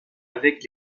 avec